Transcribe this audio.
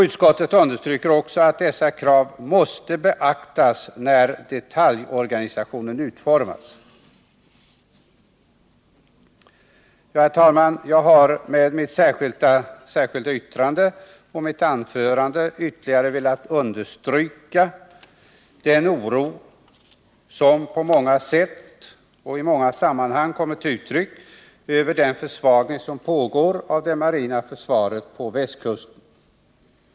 Utskottet understryker också att dessa krav måste beaktas när detaljorganisationen utformas. Herr talman! Jag har med mitt särskilda yttrande och mitt anförande ytterligare velat understryka den oro som på många sätt och i många sammanhang kommer till uttryck inför den försvagning som pågår av det marina försvaret på västkusten.